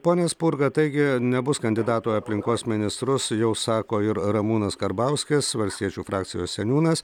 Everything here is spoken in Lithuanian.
pone spurga taigi nebus kandidatų į aplinkos ministrus jau sako ir ramūnas karbauskis valstiečių frakcijos seniūnas